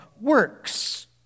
works